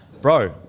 bro